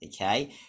Okay